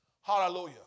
Hallelujah